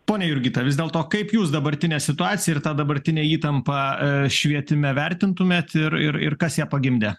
ponia jurgita vis dėlto kaip jūs dabartinę situaciją ir tą dabartinę įtampą švietime vertintumėt ir ir ir kas ją pagimdė